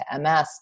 MS